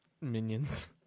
minions